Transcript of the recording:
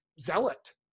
zealot